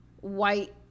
white